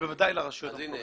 ובוודאי לרשויות המקומיות.